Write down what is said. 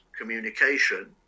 communication